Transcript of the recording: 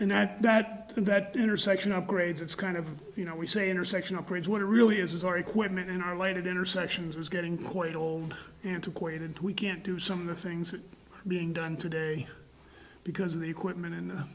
ad that that intersection upgrades it's kind of you know we say intersection upgrades what it really is is our equipment in our later dinner sessions is getting quite old antiquated we can't do some of the things that are being done today because of the equipment and